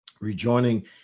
Rejoining